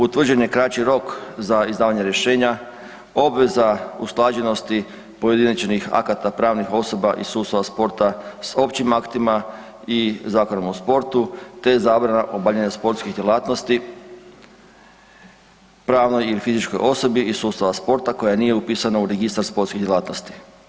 Utvrđen je kraći rok za izdavanje rješenja, obveza usklađenosti pojedinačnih akata pravnih osoba iz sustava sporta s općima aktima i Zakonom o sportu te zabrana obavljanja sportskih djelatnosti pravnoj ili fizičkoj osobi iz sustava sporta koja nije upisana u registar sportskih djelatnosti.